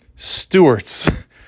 stewarts